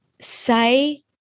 say